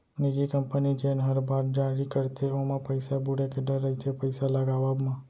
निजी कंपनी जेन हर बांड जारी करथे ओमा पइसा बुड़े के डर रइथे पइसा लगावब म